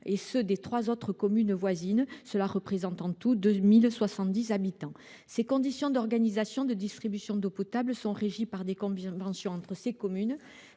et ceux de trois autres communes voisines, soit 2 070 habitants au total. Ces conditions d’organisation de distribution d’eau potable sont régies par des conventions entre les communes